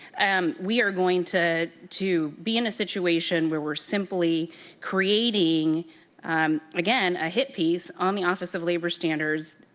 um we are going to to be in a situation, where we are simply creating again, a hit piece on the office of labor standards,